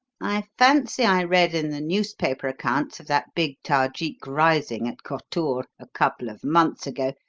i fancy i read in the newspaper accounts of that big tajik rising at khotour a couple of months ago,